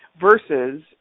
versus